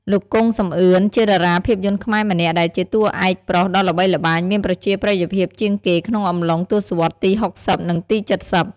លោក កុង សំអឿន ជាតារាភាពយន្តខ្មែរម្នាក់ដែលជាតួឯកប្រុសដ៏ល្បីល្បាញមានប្រជាប្រិយភាពជាងគេក្នុងអំឡុងទសវត្សរ៍ ទី៦០ និងទី៧០។